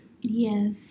Yes